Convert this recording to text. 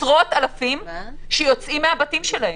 עשרות אלפים שיוצאים מהבתים שלהם.